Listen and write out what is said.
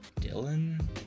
Dylan